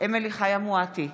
אמילי חיה מואטי,